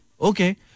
Okay